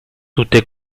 tutte